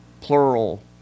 plural